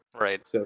Right